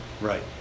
Right